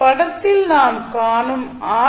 படத்தில் நாம் காணும் ஆர்